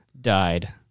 died